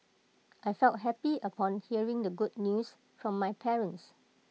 I felt happy upon hearing the good news from my parents